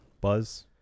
buzz